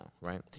right